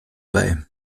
bei